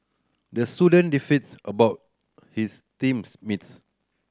the student beefed about his teams mates